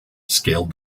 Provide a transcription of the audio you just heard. scaled